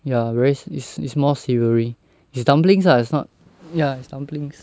ya very is it's it's more savoury it's dumplings ah it's not ya it's dumplings